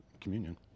communion